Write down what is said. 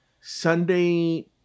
Sunday